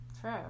True